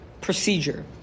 Procedure